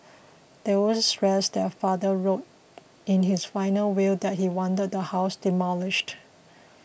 they also stressed that their father wrote in his final will that he wanted the house demolished